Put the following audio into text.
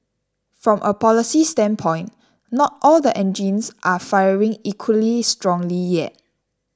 from a policy standpoint not all the engines are firing equally strongly yet